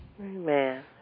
Amen